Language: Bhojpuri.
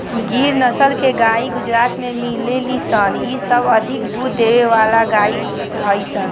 गिर नसल के गाई गुजरात में मिलेली सन इ सबसे अधिक दूध देवे वाला गाई हई सन